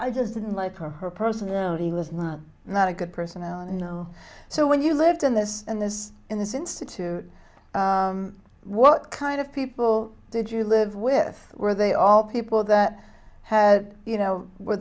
i just didn't like her her personality was not not a good personality you know so when you lived in this and this and this institute what kind of people did you live with were they all people that had you know were